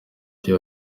icyo